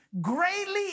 greatly